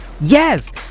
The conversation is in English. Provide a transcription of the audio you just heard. yes